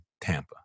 Tampa